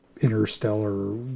interstellar